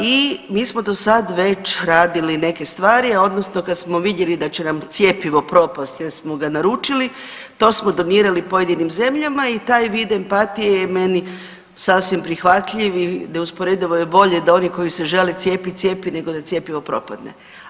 I mi smo do sada već radili neke stvari odnosno kada smo vidjeli da će nam cjepivo propasti jer smo ga naručili to smo donirali pojedinim zemljama i taj vid empatije je meni sasvim prihvatljiv i neusporedivo je bolje da oni koji se žele cijepiti se cijepe, nego da cjepivo propadne.